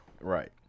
Right